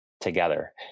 together